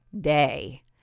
day